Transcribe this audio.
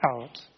out